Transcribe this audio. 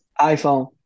iPhone